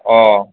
অ